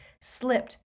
slipped